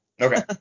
Okay